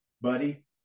buddy